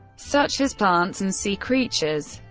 such as plants and sea creatures.